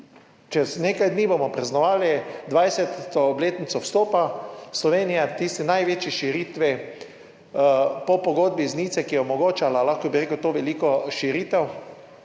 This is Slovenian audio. Čez nekaj dni bomo praznovali 20. obletnico vstopa Slovenije v tisti največji širitvi po pogodbi iz Nice, ki je omogočala, lahko bi rekel, to veliko širitev.